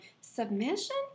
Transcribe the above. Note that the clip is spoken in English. submission